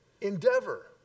endeavor